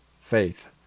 faith